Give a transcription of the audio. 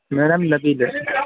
madam Naveed ہے